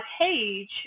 page